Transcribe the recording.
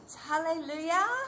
Hallelujah